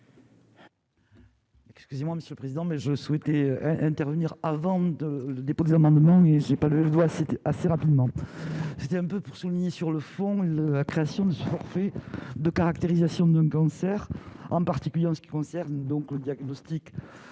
Excusez-moi, monsieur le président, mais je souhaitais intervenir avant de dépôt des amendements et j'ai pas lu le droit, c'était assez rapidement, c'était un peu pour souligner, sur le fond le la création de ce forfait de caractérisation de cancer, en particulier en ce qui concerne donc diagnostic